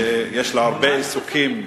שיש לה הרבה עיסוקים.